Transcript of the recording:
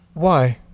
why?